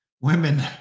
Women